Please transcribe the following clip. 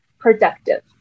Productive